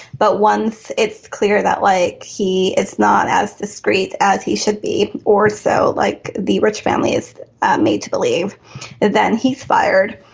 but once it's clear that like he it's not as discreet as he should be or so like the rich family is made to believe that then he's fired.